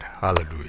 Hallelujah